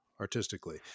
artistically